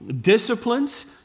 disciplines